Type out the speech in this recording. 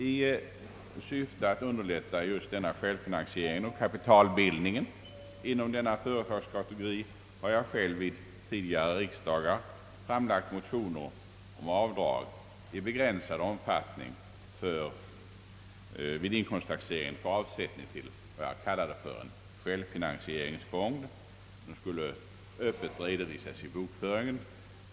I syfte att underlätta självfinansiering och kapitalbildning inom denna företagskategori har jag själv vid tidigare riksdagar framlagt motioner om avdrag i begränsad omfattning vid inkomsttaxering för avsättning till vad jag kallar en självfinansieringsfond, som skulle öppet redovisas i bokföringen.